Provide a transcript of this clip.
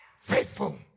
Faithful